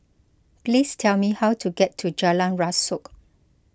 please tell me how to get to Jalan Rasok